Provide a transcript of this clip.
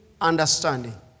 understanding